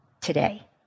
today